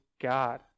God